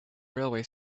railway